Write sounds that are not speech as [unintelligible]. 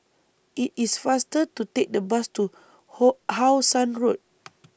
IT IS faster to Take The Bus to [unintelligible] How Sun Road [noise]